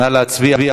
נא להצביע.